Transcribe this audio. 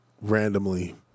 randomly